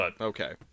Okay